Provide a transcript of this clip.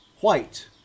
White